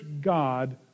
God